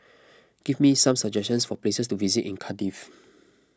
give me some suggestions for places to visit in Cardiff